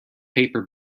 paper